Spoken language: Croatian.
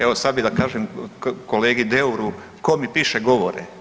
Evo sad bi da kažem kolegi Deuru tko mi piše govore.